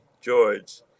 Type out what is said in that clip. George